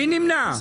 מי נמנע?